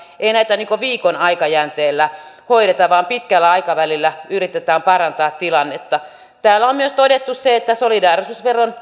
ei näitä niin kuin viikon aikajänteellä hoideta vaan pitkällä aikavälillä yritetään parantaa tilannetta täällä on myös todettu se että solidaarisuusveron